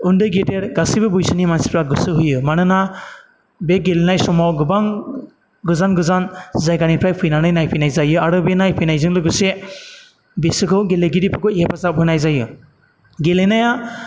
उन्दै गेदेर गासैबो बैसोनि मानसिफ्रा गोसो होयो मानोना बे गेलेनाय समाव गोबां गोजान गोजान जायगानिफ्राय फैनानै नायफैनाय जायो आरो बे नायफैनायजों लोगोसे बिसोरखौ गेलेगिरिफोरखौ हेफाजाब होनाय जायो गेलेनाया